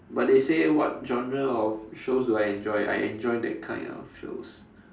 but they say what genre of shows do I enjoy I enjoy that kind of shows